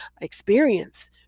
experience